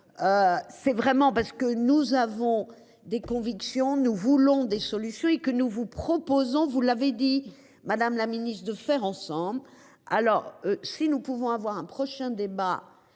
C'est vraiment parce que nous avons des convictions. Nous voulons des solutions et que nous vous proposons, vous l'avez dit, madame la ministre, de faire ensemble. Alors si nous pouvons avoir un prochain débat